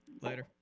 Later